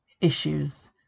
issues